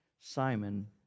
Simon